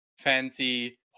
fancy